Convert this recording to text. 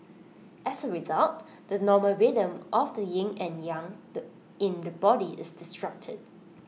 as A result the normal rhythm of the yin and yang in the body is disrupted